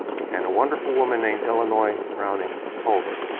and a wonderful woman named illinois browning culver,